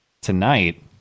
tonight